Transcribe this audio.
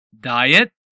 Diet